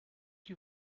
you